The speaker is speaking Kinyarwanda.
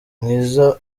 mwiza